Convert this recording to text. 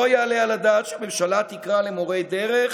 לא יעלה על הדעת שהממשלה תקרא למורי דרך,